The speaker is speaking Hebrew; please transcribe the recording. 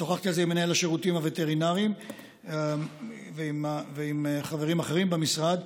שוחחתי על זה עם מנהל השירותים הווטרינריים ועם חברים אחרים במשרד.